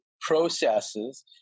processes